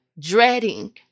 dreading